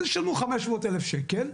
אז ישלמו חמש מאות אלף שקל,